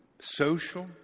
social